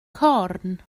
corn